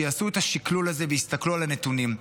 שיעשו את השקלול הזה ויסתכלו על הנתונים.